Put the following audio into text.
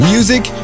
Music